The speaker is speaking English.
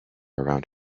around